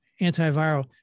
antiviral